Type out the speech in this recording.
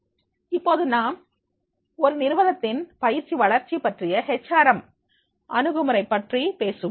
நாம் இப்போது ஒரு நிறுவனத்தின் பயிற்சி வளர்ச்சி பற்றிய ஹெச் ஆர் எம் அணுகுமுறை பத்தி பேசுவோம்